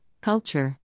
Culture